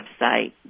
website